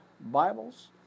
Bibles